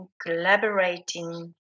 collaborating